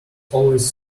always